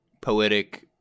poetic